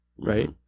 Right